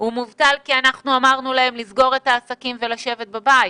אלא בגלל שאמרנו להם לסגור את העסקים ולשבת בבית.